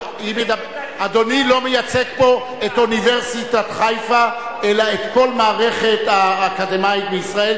אדוני לא מייצג פה את אוניברסיטת חיפה אלא את כל המערכת האקדמית בישראל,